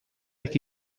que